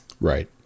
Right